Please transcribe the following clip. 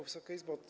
Wysoka Izbo!